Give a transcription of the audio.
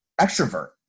extrovert